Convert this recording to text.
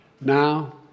Now